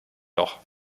doch